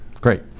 Great